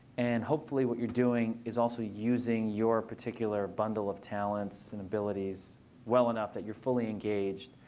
and hopefully what you're doing is also using your particular bundle of talents and abilities well enough that you're fully engaged.